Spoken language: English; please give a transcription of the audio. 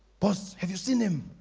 boss, have you seen him?